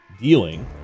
dealing